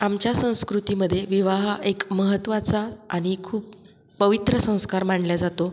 आमच्या संस्कृतीमधे विवाह एक महत्त्वाचा आणि खूप पवित्र संस्कार मानला जातो